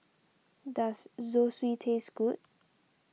does Zosui taste good